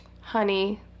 honey